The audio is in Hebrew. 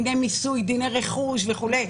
"דיני העונשין של ישראל יחולו על עבירות-חוץ נגד חיי יהודי,